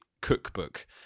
cookbook